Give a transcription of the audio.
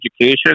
education